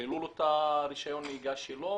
שללו לו את רישיון הנהיגה שלו,